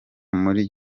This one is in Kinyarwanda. muri